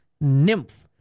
Nymph